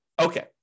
Okay